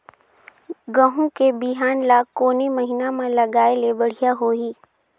गहूं के बिहान ल कोने महीना म लगाय ले बढ़िया होही?